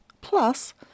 plus